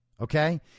Okay